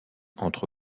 entre